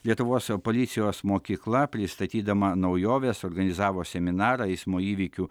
lietuvos policijos mokykla pristatydama naujoves organizavo seminarą eismo įvykių